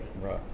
Right